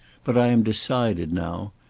but i am decided now.